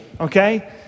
okay